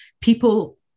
People